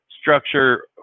structure